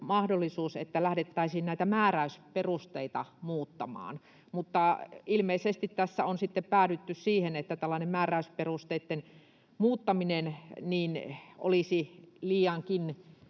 että lähdettäisiin näitä määräysperusteita muuttamaan, mutta ilmeisesti tässä on sitten päädytty siihen, että tällainen määräysperusteitten muuttaminen olisi liiankin